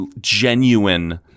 genuine